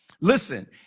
Listen